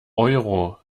euro